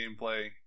gameplay